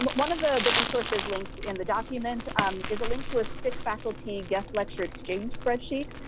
but one of the the resources links in the document is a link to a sick faculty guest lecture exchange spreadsheet,